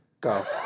Go